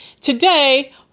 Today